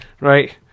right